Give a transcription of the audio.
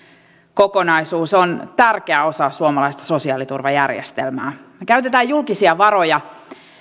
kokonaisuus on tärkeä osa suomalaista sosiaaliturvajärjestelmää me käytämme julkisia varoja